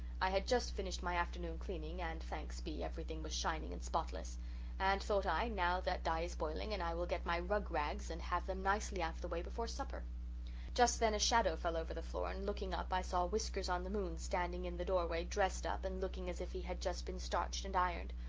i had just finished my afternoon cleaning and thanks be, everything was shining and spotless and thought i now that dye is boiling and i will get my rug rags and have them nicely out of the way before supper just then a shadow fell over the floor and looking up i saw whiskers-on-the-moon, standing in the doorway, dressed up and looking as if he had just been starched and ironed.